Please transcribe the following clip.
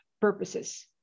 purposes